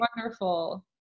Wonderful